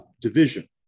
division